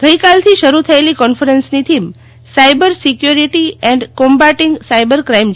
ગઈ કાલથી શરૂ થેયલી કોન્ફરન્સની theme cyber security and combating cyber crime છે